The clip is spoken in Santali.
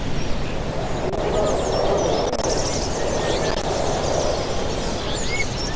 ᱤᱧᱟᱹᱜ ᱫᱚ ᱥᱩᱠᱳᱞ ᱢᱩᱨᱢᱩ